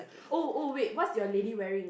oh oh wait what's your lady wearing